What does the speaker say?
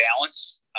balance